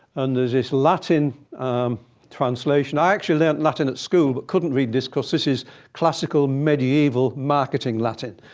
and there's this latin translation. i actually learned latin at school, but couldn't read this, because this is classical medieval marketing latin,